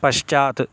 पश्चात्